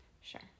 Sure